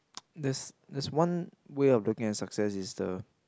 there's there's one way of looking at success it's the